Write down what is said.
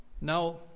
Now